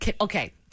Okay